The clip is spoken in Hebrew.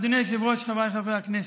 אדוני היושב-ראש, חבריי חברי הכנסת,